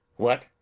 what?